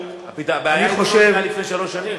אני חושב, הבעיה, לפני שלוש שנים.